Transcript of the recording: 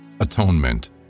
Atonement